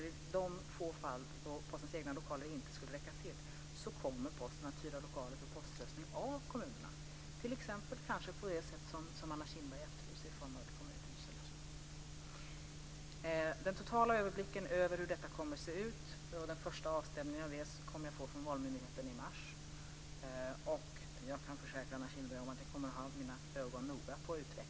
I de få fall då Postens egna lokaler inte räcker till kommer man att hyra lokaler för poströstning av kommunerna, t.ex. i kommunhus på det sätt som Anna Kinberg efterlyser. Den totala överblicken av hur detta kommer att se ut och den första avstämningen får jag av Valmyndigheten i mars. Jag kan försäkra Anna Kinberg att jag noga kommer att följa utvecklingen av den här frågan.